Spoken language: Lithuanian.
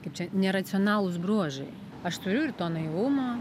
kaip čia neracionalūs bruožai aš turiu ir to naivumo